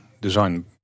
design